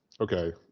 okay